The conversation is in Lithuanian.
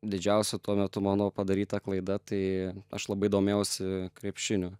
didžiausia tuo metu mano padaryta klaida tai aš labai domėjausi krepšiniu